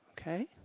okay